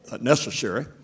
necessary